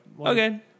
Okay